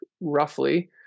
roughly